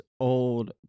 old